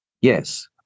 Yes